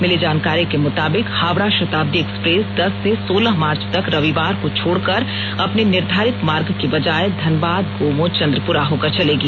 मिली जानकारी के मुताबिक हावड़ा शताब्दी एक्सप्रेस दस से सोलह मार्च तक रविवार को छोड़कर अपने निर्धारित मार्ग के बजाय धनबाद गोमो चंद्रपुरा होकर चलेगी